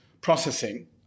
processing